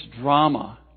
drama